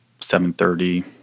7.30